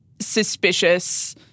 suspicious